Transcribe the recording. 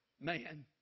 man